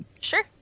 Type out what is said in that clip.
Sure